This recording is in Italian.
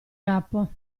capo